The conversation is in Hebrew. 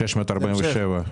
647 מיליון.